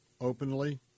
openly